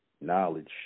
knowledge